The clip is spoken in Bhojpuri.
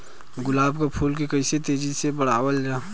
गुलाब क फूल के कइसे तेजी से बढ़ावल जा?